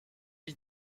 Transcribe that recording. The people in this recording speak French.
lie